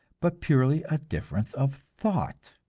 but purely a difference of thought?